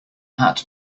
hat